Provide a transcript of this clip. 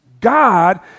God